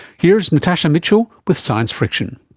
here's natasha mitchell with science friction.